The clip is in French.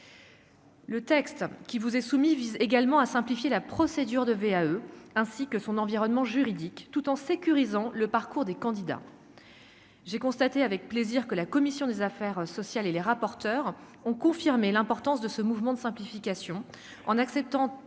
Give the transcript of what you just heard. Le texte qui vous est soumis vise également à simplifier la procédure de VAE ainsi que son environnement juridique tout en sécurisant le parcours des candidats, j'ai constaté avec plaisir que la commission des affaires sociales et les rapporteurs ont confirmé l'importance de ce mouvement de simplification en acceptant